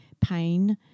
pain